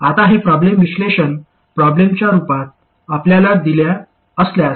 आता हे प्रॉब्लेम विश्लेषण प्रॉब्लेमच्या रूपात आपल्याला दिल्या असल्यास